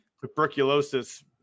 Tuberculosis